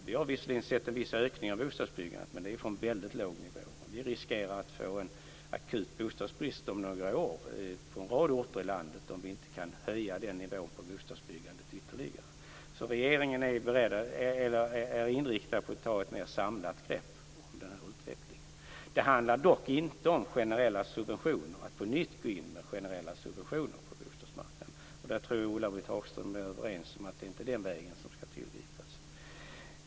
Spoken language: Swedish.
Vi har visserligen sett en viss ökning i bostadsbyggandet men från en väldigt låg nivå. Vi riskerar att om några år få en akut bostadsbrist på en rad orter i landet om vi inte kan höja nivån på bostdsbyggandet ytterligare. Regeringen är alltså inne på att ta ett mer samlat grepp om utvecklingen. Det handlar dock inte om att på nytt gå in med generella subventioner på bostadsmarknaden, och jag tror att Ulla-Britt Hagström och jag är överens om att det inte är den åtgärden som skall tillgripas.